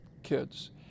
kids